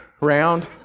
round